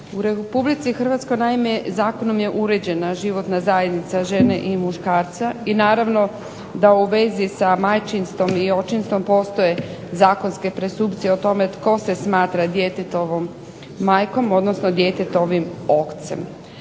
U Republici Hrvatskoj naime zakonom je uređena životna zajednica žene i muškarca i naravno da u vezi sa majčinstvom i očinstvom postoje zakonske presumpcije o tome tko se smatra djetetovom majkom, odnosno djetetovim ocem.